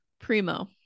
Primo